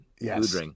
Yes